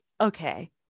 okay